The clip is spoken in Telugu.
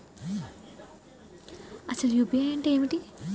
అసలు యూ.పీ.ఐ అంటే ఏమిటి?